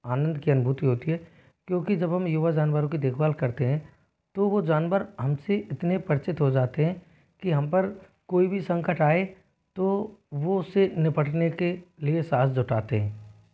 आनन्द की अनुभूति होती है क्योंकि जब हम युवा जानवरों की देखभाल करते हैं तो वो जानवर हम से इतने परिचित हो जाते हैं कि हम पर कोई भी संकट आए तो वो उस से निपटने के लिए साहस जुटाते हैं